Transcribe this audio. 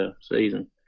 season